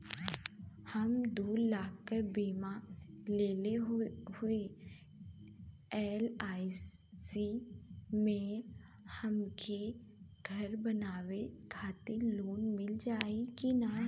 हम दूलाख क बीमा लेले हई एल.आई.सी से हमके घर बनवावे खातिर लोन मिल जाई कि ना?